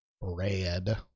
red